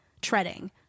treading